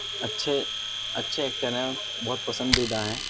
اچھے اچھے ایکٹر ہیں بہت پسندیدہ ہیں